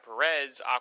Perez